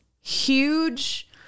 huge